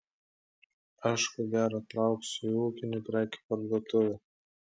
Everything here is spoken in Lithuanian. aš ko gero trauksiu į ūkinių prekių parduotuvę